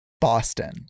Boston